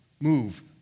move